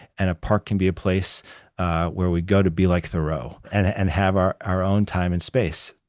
and a park can be a place where we go to be like theroux and and have our our own time and space.